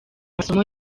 masomo